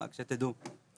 רק שתדעו.